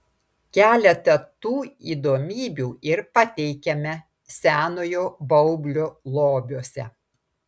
keletą tų įdomybių ir pateikiame senojo baublio lobiuose